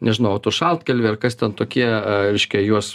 nežinau autošaltkalviai ar kas ten tokie reiškia juos